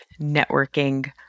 networking